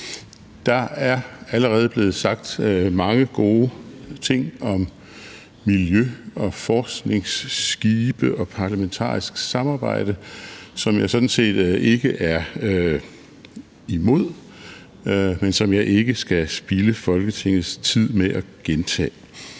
Der er allerede blevet sagt mange gode ting om miljø og forskningsskibe og parlamentarisk samarbejde, som jeg sådan set ikke er imod, men som jeg ikke skal spilde Folketingets tid med at gentage.